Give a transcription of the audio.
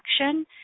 action